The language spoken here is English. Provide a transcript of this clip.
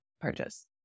purchase